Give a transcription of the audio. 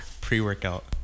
pre-workout